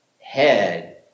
head